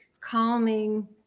calming